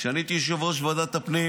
כשאני הייתי יושב-ראש ועדת הפנים